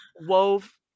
wove